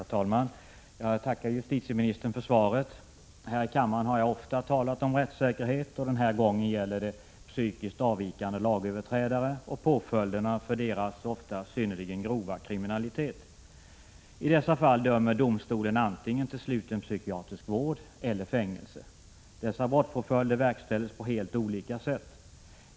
Herr talman! Jag tackar justitieministern för svaret. Här i kammaren har jag ofta talat om rättssäkerhet. Den här gången gäller det psykiskt avvikande lagöverträdare och påföljderna för deras ofta synnerligen grova kriminalitet. I dessa fall dömer domstolen antingen till sluten psykiatrisk vård eller till fängelse. Dessa brottspåföljder verkställs på helt olika sätt.